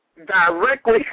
directly